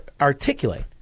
articulate